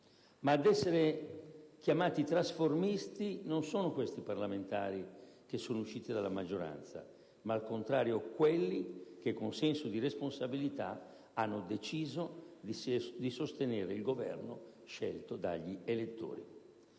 Ma ad essere chiamati trasformisti non sono questi parlamentari che sono usciti dalla maggioranza, ma al contrario quelli che con senso di responsabilità hanno deciso di sostenere il Governo scelto dagli elettori.